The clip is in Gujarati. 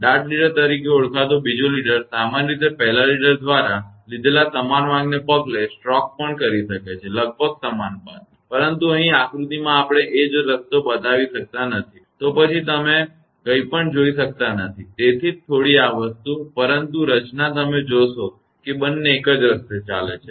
ડાર્ટ લીડર તરીકે ઓળખાતો બીજો લીડર સામાન્ય રીતે પહેલા લીડર દ્વારા લીધેલા સમાન માર્ગને પગલે સ્ટ્રોક પણ કરી શકે છે લગભગ સમાન પાથ પરંતુ અહીં આકૃતિમાં આપણે એ જ રસ્તો બતાવી શકતા નથી તો પછી તમે કંઈપણ જોઈ શકતા નથી તેથી જ થોડી આ વસ્તુ પરંતુ રચના તમે જોશો કે બંને એક જ રસ્તે ચાલે છે